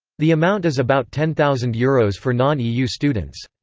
the amount is about ten thousand euros for non-eu students.